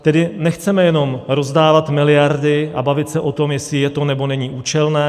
Tedy nechceme jenom rozdávat miliardy a bavit se o tom, jestli je to, nebo není účelné.